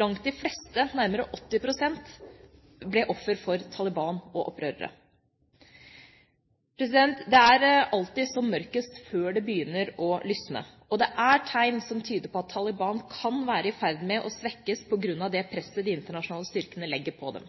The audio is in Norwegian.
Langt de fleste – nærmere 80 pst. – ble offer for Taliban og opprørere. Det er alltid som mørkest før det begynner å lysne, og det er tegn som tyder på at Taliban kan være i ferd med å svekkes på grunn av det presset de internasjonale styrkene legger på dem.